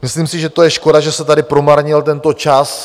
Myslím si, že to je škoda, že se tady promarnil tento čas.